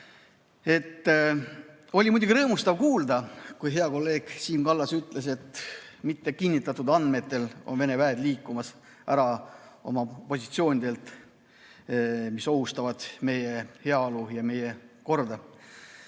Oli muidugi rõõmustav kuulda, kui hea kolleeg Siim Kallas ütles, et mittekinnitatud andmetel on Vene väed liikumas ära oma positsioonidelt, mis ohustavad meie heaolu ja meie korda.